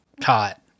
caught